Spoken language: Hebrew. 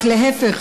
רק להפך,